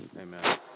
Amen